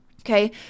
okay